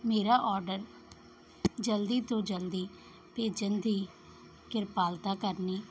ਮੇਰਾ ਓਡਰ ਜਲਦੀ ਤੋਂ ਜਲਦੀ ਭੇਜਣ ਦੀ ਕਿਰਪਾਲਤਾ ਕਰਨੀ